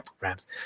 Rams